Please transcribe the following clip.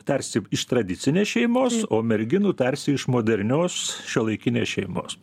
tarsi iš tradicinės šeimos o merginų tarsi iš modernios šiuolaikinės šeimos